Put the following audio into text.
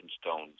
stones